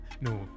No